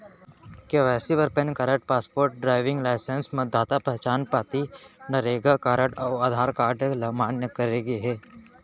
KYC बर PAN card, passport, driving licence, मतदाता पहचान पाती, नरेगा कारड अउ आधार कारड ल मान्य करे गे हे